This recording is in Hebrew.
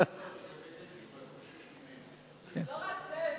לא, לא רק זה,